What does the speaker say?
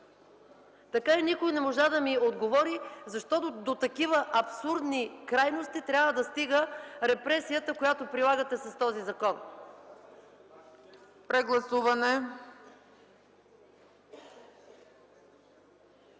Така и никой не можа да ми отговори защо такива абсурдни крайности трябва да стига репресията, която прилагате с този закон. ПРЕДСЕДАТЕЛ